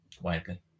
widely